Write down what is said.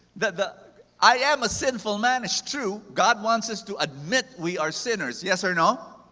that i am a sinful man is true. god wants us to admit we are sinners. yes, or no?